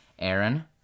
Aaron